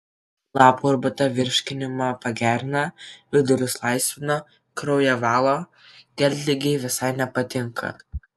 lapų arbata virškinimą pagerina vidurius laisvina kraują valo geltligei visai nepatinka